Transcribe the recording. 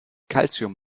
calcium